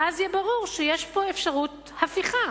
ואז יהיה ברור שיש פה אפשרות הפיכה.